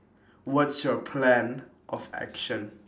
what's your plan of action